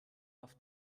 auf